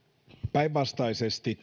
päinvastoin